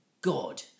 God